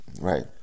Right